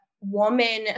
woman